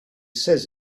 says